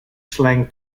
slang